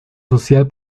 social